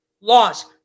LAWS